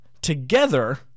together